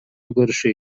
көрүшү